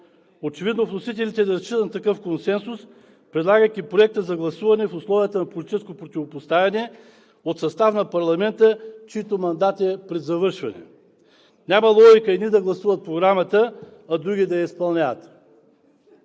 Очевидно вносителите не разчитат на такъв консенсус, предлагайки Проекта за гласуване в условията на политическо противопоставяне от състав на парламента, чиито мандат е пред завършване. Няма логика едни да гласуват Програмата, а други да я изпълняват.